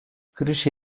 krisi